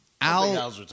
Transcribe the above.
Al